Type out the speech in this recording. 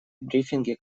брифинги